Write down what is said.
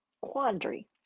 quandary